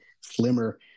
slimmer